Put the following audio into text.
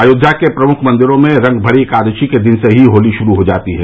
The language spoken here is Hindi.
अयोध्या के प्रमुख मंदिरो में रंगमरी एकादशी के दिन से ही होली शुरू हो जाती है